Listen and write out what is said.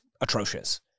atrocious